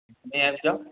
एखने आबि जाउ